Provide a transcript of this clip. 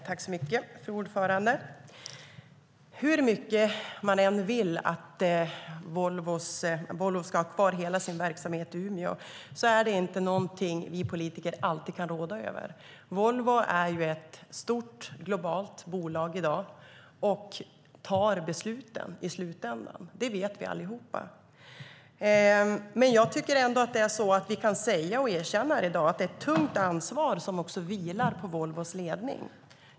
Fru talman! Hur mycket man än vill att Volvo ska ha kvar hela sin verksamhet i Umeå är det inte någonting som vi politiker kan råda över. Volvo är i dag ett stort, globalt bolag och fattar självt besluten i slutändan; det vet vi allihop. Men vi kan ändå erkänna här i dag att det är ett tungt ansvar som vilar på Volvos ledning.